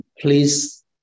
Please